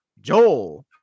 joel